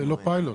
זה לא פיילוט.